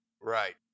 Right